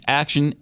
action